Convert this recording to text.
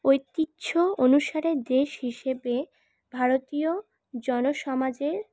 ঐতিহ্য অনুসারে দেশ হিসেবে ভারতীয় জনসমাজের